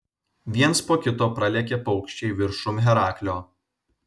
viens po kito pralėkė paukščiai viršum heraklio